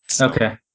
Okay